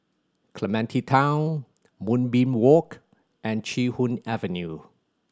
Clementi Town Moonbeam Walk and Chee Hoon Avenue